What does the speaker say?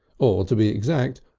or to be exact,